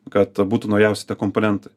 kad būtų naujausi tie komponentai